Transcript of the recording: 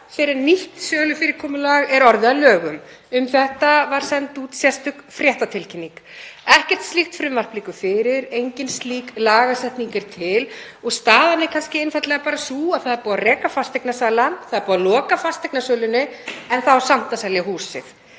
fyrr en nýtt sölufyrirkomulag er orðið að lögum. Um þetta var send út sérstök fréttatilkynning. Ekkert slíkt frumvarp liggur fyrir. Engin slík lagasetning er til og staðan er kannski einfaldlega sú að það er búið að reka fasteignasalann, það er búið að loka fasteignasölunni en það á samt að selja húsið.